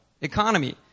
economy